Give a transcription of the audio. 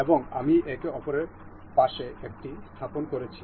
এবং আমি একে অপরের পাশে এটি স্থাপন করছি